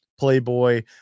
Playboy